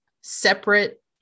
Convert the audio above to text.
separate